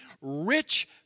Rich